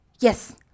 Yes